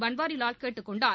பன்வாரிலால் கேட்டுக் கொண்டார்